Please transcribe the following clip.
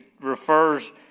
refers